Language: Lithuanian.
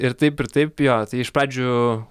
ir taip ir taip jo tai iš pradžių